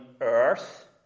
earth